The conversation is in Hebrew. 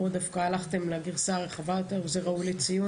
כאן דווקא הלכתם לגרסה הרחבה יותר וזה ראוי לציון.